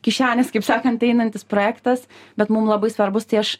kišenės kaip sakant einantis projektas bet mum labai svarbus tai aš